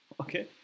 Okay